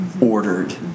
ordered